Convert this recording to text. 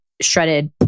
shredded